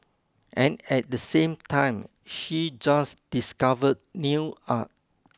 and at the same time she just discovered nail art